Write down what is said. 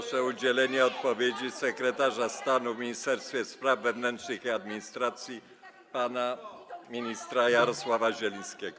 Proszę o udzielenie odpowiedzi sekretarza stanu w Ministerstwie Spraw Wewnętrznych i Administracji pana ministra Jarosława Zielińskiego.